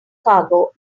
cargo